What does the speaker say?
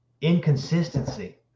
inconsistency